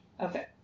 Okay